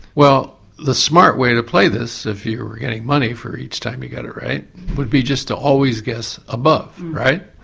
well the smart way to play this if you were getting money for each time you got it right would be to always guess above, right?